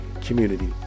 community